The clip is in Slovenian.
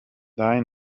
daj